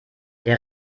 der